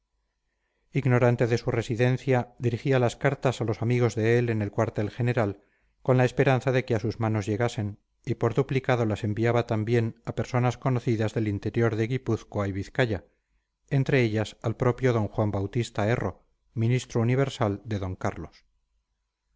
ignorante de su residencia dirigía las cartas a los amigos de él en el cuartel general con la esperanza de que a sus manos llegasen y por duplicado las enviaba también a personas conocidas del interior de guipúzcoa y vizcaya entre ellas al propio d juan bautista erro ministro universal de d carlos